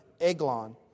Eglon